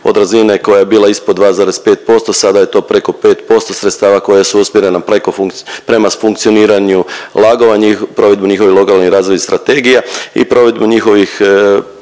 od razine koja je bila ispod 2,5%, sada je to preko 5% sredstava koja su usmjerena prema funkcioniranju LAG-ova, provedbu njihovih lokalnih razvoja i strategija i provedbu njihovih